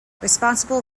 responsible